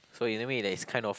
so in a way that is kind of